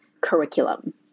curriculum